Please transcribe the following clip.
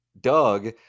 Doug